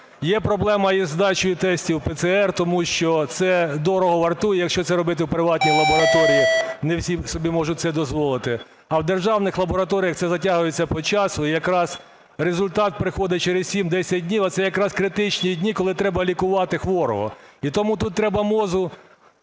Є проблема із здачею тестів ПЛР, тому що це дорого вартує, якщо це робити в приватній лабораторії, не всі собі можуть це дозволити, а в державних лабораторіях це затягується по часу і якраз результат приходить через 7-10 днів, а це якраз критичні дні, коли треба лікувати хворого. І тому тут треба МОЗу